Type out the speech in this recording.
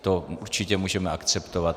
To určitě můžeme akceptovat.